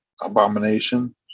abomination